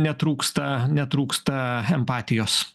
netrūksta netrūksta empatijos